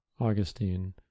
Augustine